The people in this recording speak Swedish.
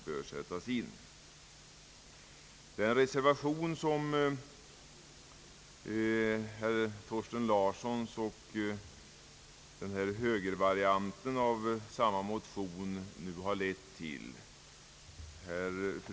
En motion av herr Thorsten Larsson och en högervariant av samma motion har lett till en reservation.